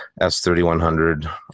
S3100